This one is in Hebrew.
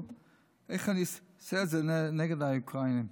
על איך אני עושה את זה נגד האוקראינים.